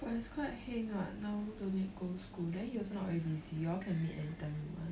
but it's quite heng what now don't need go school then you also not very busy you all can meet anytime you want